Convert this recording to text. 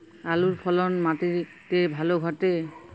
আলুর ফলন মাটি তে ভালো ঘটে?